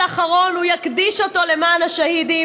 אחרון הוא יקדיש אותו למען השהידים.